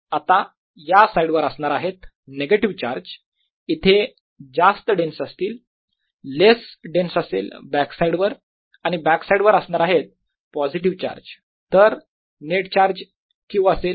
आता या साईड वर असणार आहेत नेगेटिव्ह चार्ज इथे जास्त डेन्स असतील लेस डेन्स असेल बॅक साईडवर आणि बॅक साइडवर असणार आहेत पॉझिटिव्ह चार्ज तर नेट चार्ज Q असेल 0